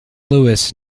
lewis